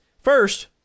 first